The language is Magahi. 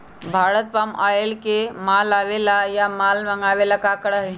भारत पाम ऑयल के माल आवे ला या माल मंगावे ला करा हई